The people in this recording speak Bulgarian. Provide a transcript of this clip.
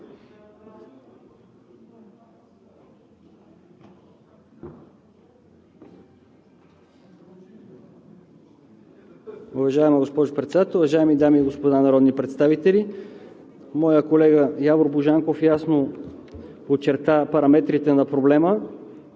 Уважаема госпожо Председател, уважаеми дами и господа народни представители! Моят колега Явор Божанков ясно очерта параметрите на проблема,